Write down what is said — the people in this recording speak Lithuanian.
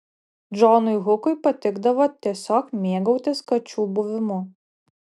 džonui hukui patikdavo tiesiog mėgautis kačių buvimu